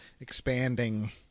expanding